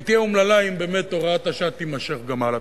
והיא תהיה אומללה אם באמת הוראת השעה תימשך גם הלאה.